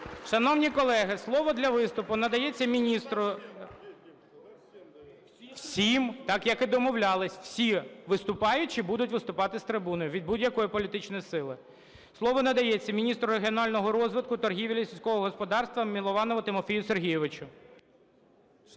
Шановні колеги, слово для виступу надається міністру… ГОЛОС ІЗ ЗАЛУ. (Не чути) ГОЛОВУЮЧИЙ. Всім – так, як і домовлялись. Всі виступаючі будуть виступати з трибуни, від будь-якої політичної сили. Слово надається міністру регіонального розвитку, торгівлі і сільського господарства Милованову Тимофію Сергійовичу.